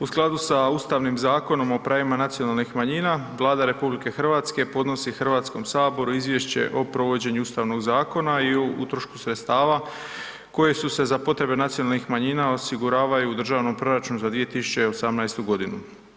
U skladu sa Ustavnim Zakonom o pravima nacionalnih manjina, Vlada RH podnosi Hrvatskom saboru izvješće o provođenju Ustavnog Zakona i o utrošku sredstava koji se za potrebe nacionalnih manjina osiguravaju u državnom proračunu za 2018. godinu.